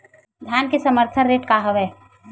धान के समर्थन रेट का हवाय?